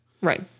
Right